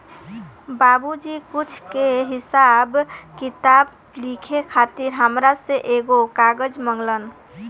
बाबुजी कुछ के हिसाब किताब लिखे खातिर हामरा से एगो कागज मंगलन